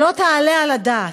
שלא תעלה על הדעת.